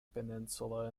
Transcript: peninsula